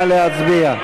נא להצביע.